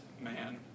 man